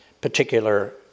particular